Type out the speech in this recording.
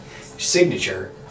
signature